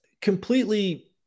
completely